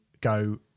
go